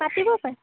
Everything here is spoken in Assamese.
পাতিব পাৰে